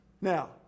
Now